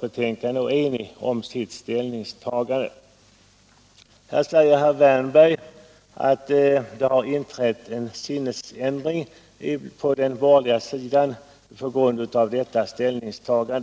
betänkande och är enigt i sitt ställningstagande. Herr Wärnberg säger att det har inträffat en sinnesändring på den borgerliga sidan genom detta ställningstagande.